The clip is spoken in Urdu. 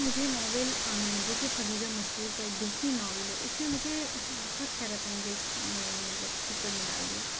مجھے ناول آنگن جو کہ خدیجہ مستور کا ایک بہترین ناول ہے اُس نے مجھے بہت حیرت انگیز میں مطلب فکر میں ڈال دیا